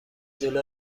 جلو